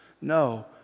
No